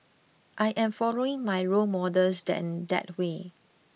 I am following my role models in that way